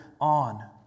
on